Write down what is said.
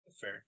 Fair